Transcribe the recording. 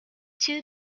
two